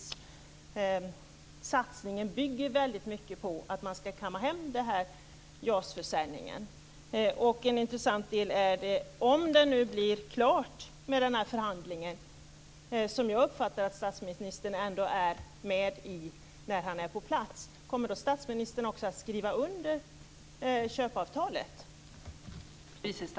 Satsningen bygger naturligtvis mycket på att man ska kamma hem JAS Om det nu blir klart med förhandlingen - som jag uppfattade att statsministern deltar i, eftersom han är på plats - kommer då statsministern att skriva under köpeavtalet?